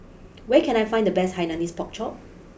where can I find the best Hainanese Pork Chop